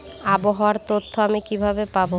আবহাওয়ার তথ্য আমি কিভাবে পাবো?